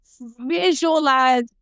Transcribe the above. visualize